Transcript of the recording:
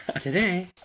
Today